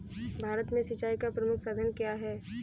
भारत में सिंचाई का प्रमुख साधन क्या है?